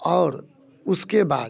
और उसके बाद